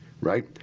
right